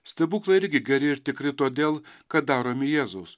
stebuklai irgi geri ir tikri todėl kad daromi jėzaus